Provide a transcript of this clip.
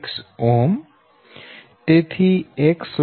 20 240 4